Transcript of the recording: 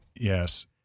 Yes